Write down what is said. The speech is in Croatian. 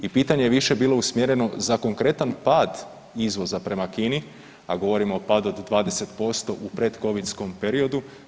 I pitanje je više bilo usmjereno za konkretan pad izvoza prema Kini, a govorimo o padu od 20% u pred covidskom periodu.